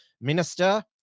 Minister